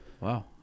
Wow